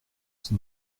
n’est